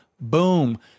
boom